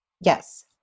Yes